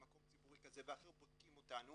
למקום ציבורי כזה ואחר בודקים אותנו